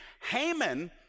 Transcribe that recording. Haman